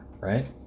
right